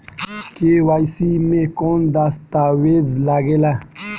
KYC मे कौन दश्तावेज लागेला?